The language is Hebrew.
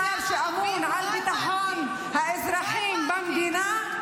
-- לשר שאמון על ביטחון האזרחים במדינה.